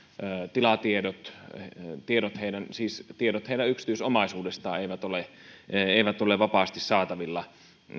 tilatiedot eli tiedot heidän yksityisomaisuudestaan eivät ole vapaasti saatavilla